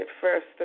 first